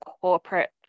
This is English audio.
corporate